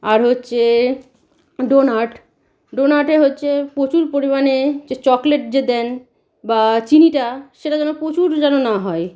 আর হচ্ছে ডোনাট ডোনাটে হচ্ছে প্রচুর পরিমাণে যে চকলেট যে দেন বা চিনিটা সেটা যেন প্রচুর যেন না হয়